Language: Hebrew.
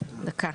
דקה,